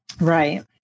Right